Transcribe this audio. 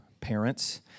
parents